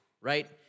right